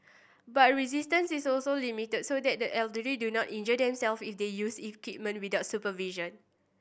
but resistance is also limited so that the elderly do not injure themself if they use equipment without supervision